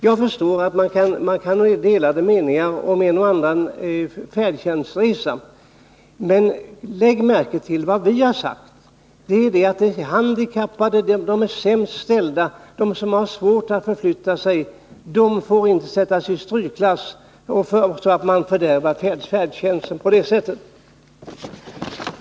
Jag förstår att man kan ha delade meningar om en och annan färdtjänstresa, men lägg märke till vad vi har sagt — att de handikappade, de sämst ställda, de som har svårt att förflytta sig, inte får sättas i strykklass så att man fördärvar färdtjänsten på det sättet.